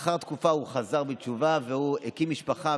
אחרי תקופה הוא חזר בתשובה והקים משפחה,